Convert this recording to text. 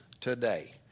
today